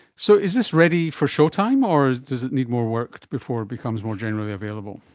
so is this ready for showtime or does it need more work before it becomes more generally available?